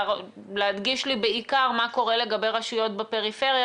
ולהדגיש לי בעיקר מה קורה לגבי רשויות בפריפריה,